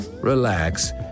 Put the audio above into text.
relax